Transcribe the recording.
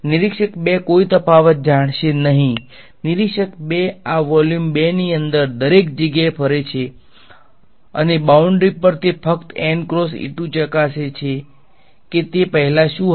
નિરીક્ષક ૨ કોઈ તફાવત જાણશે નહીં નિરીક્ષક ૨ આ વોલ્યુમ ૨ ની અંદર દરેક જગ્યાએ ફરે છે અને બાઉડ્રી પર તે ફક્ત ચકાસે છે કે તે પહેલા શુ હતું